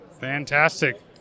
fantastic